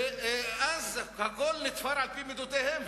ואז הכול נתפר לפי מידותיהם,